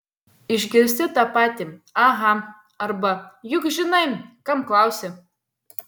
išgirsti tą patį aha arba juk žinai kam klausi